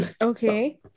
Okay